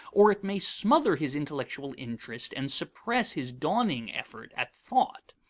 or it may smother his intellectual interest and suppress his dawning effort at thought.